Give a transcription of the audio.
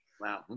Wow